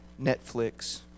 Netflix